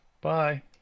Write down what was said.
Bye